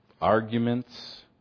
arguments